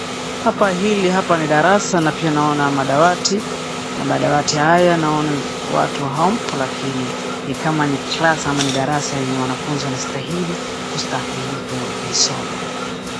Hapa hili hapa ni darasa na pia naona madawati, na madawati haya naona watu hampo lakini ni kama ni class ama ni darasa yenye wanafunzi wanastahili kustahimili kuisoma vizuri.